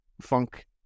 funk